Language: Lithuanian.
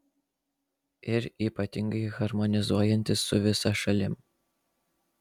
ir ypatingai harmonizuojantis su visa šalim